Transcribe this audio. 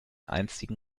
einstigen